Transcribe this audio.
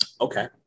Okay